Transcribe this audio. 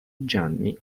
gianni